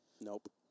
nope